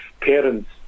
parents